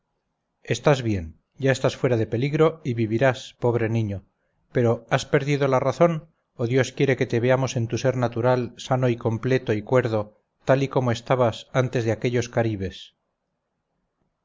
estás bien ya estás fuera de peligro y vivirás pobre niño pero has perdido la razón o dios quiere que te veamos en tu ser natural sano y completo y cuerdo tal y como estabas antes de que aquellos caribes